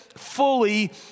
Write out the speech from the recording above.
fully